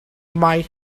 might